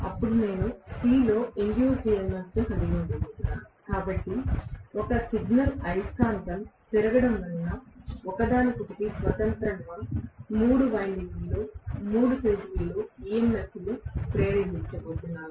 అప్పుడు నేను C లో ఇండ్యూస్ EMF ని కలిగి ఉండబోతున్నాను కాబట్టి ఒక సిగ్నల్ అయస్కాంతం తిరగడం వలన ఒకదానికొకటి స్వతంత్రంగా మూడు వైండింగ్లలో మూడు ఫేజ్ ల EMF ను ప్రేరేపించబోతున్నాను